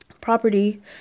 property